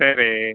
சரி